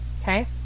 okay